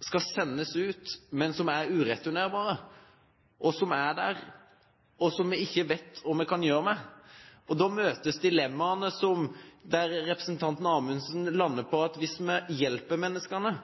skal sendes ut, men som er ureturnerbare, og som vi ikke vet hva vi skal gjøre med. Da møtes dilemmaene. Representanten Amundsen lander på at hvis vi hjelper menneskene,